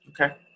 Okay